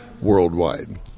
worldwide